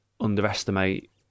underestimate